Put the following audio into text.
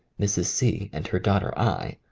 mrs. c. and her daughter i.